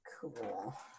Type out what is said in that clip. cool